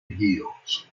heels